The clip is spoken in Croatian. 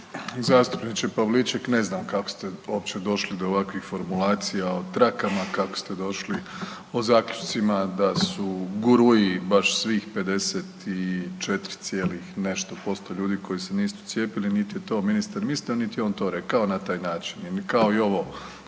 Zastupniče Pavliček ne znam kako ste uopće došli do ovakvih formulacija o trakama, kako ste došli o zaključcima da su gurui baš svih 54 cijelih i nešto posto ljudi koji se nisu cijepili. Niti je to ministar mislio, niti je on to rekao na taj način